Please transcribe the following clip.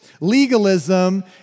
legalism